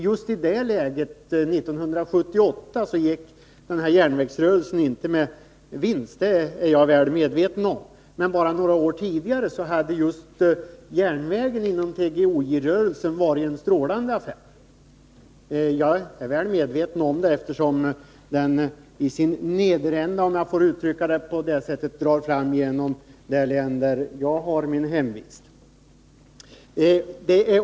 Just i det läget, 1978, gick järnvägsrörelsen inte med vinst, det är jag väl medveten om, men bara några år tidigare hade just järnvägen inom TGOJ-rörelsen varit en strålande affär. Jag känner väl till det, eftersom järnvägen i sin nederända, om jag får uttrycka mig så, drar fram genom det län där jag har min hemvist.